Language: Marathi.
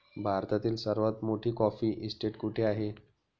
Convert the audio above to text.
भारतातील सर्वात मोठी कॉफी इस्टेट कुठे आहे?